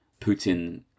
Putin